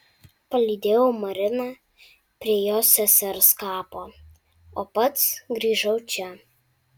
palydėjau mariną prie jos sesers kapo o pats grįžau čia